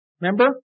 Remember